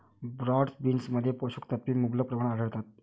broad बीन्समध्ये पोषक तत्वे मुबलक प्रमाणात आढळतात